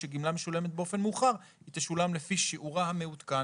כשגמלה משולמת באופן מאוחר היא תשולם לפי שיעורה המעודכן.